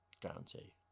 guarantee